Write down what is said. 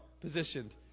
positioned